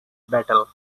battle